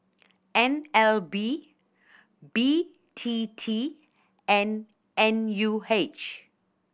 N L B B T T and N U H